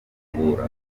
gufungura